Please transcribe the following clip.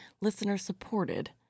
listener-supported